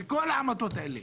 כל העמותות האלה